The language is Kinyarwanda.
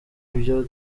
ibyo